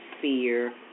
fear